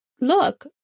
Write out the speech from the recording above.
look